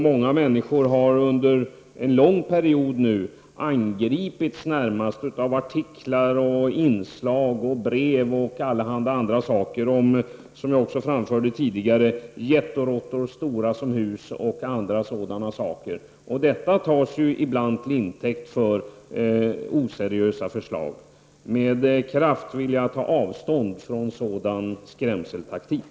Många människor har under en lång period närmast angripits av artiklar, debattinlägg, brev och allehanda andra saker som handlat om, som jag också framfört tidigare, jätteråttor stora som hus och liknande. Detta tas ibland till intäkt för oseriösa förslag. Med kraft vill jag ta avstånd från sådan skrämseltaktik.